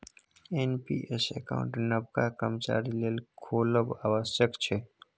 NPS account नबका कर्मचारी लेल खोलब आबश्यक छै